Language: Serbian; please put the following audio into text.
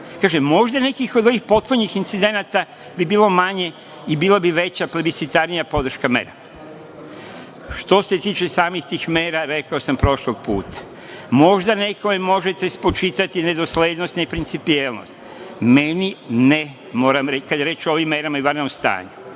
možda bi nekih od ovih poslednjih incidenata bilo manje i bila bi veća, plebiscitarnija podrška merama. Što se tiče samih tih mera, rekao sam prošlog puta, možda nekome možete spočitati nedoslednost, neprincipijelnost, meni ne, kada je reč o ovim merama i o vanrednom stanju.